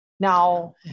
Now